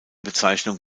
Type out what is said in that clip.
bezeichnung